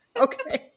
Okay